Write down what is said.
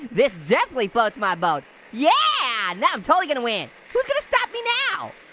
this definitely floats my boat, yeah. now i'm totally gonna win. who's gonna stop me now?